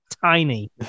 tiny